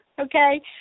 okay